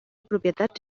propietats